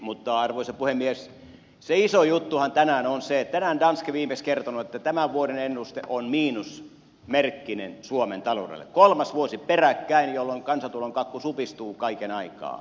mutta arvoisa puhemies se iso juttuhan tänään on se että tänään on danske viimeksi kertonut että tämän vuoden ennuste on miinusmerkkinen suomen taloudelle kolmas vuosi peräkkäin jolloin kansantulon kakku supistuu kaiken aikaa